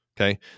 Okay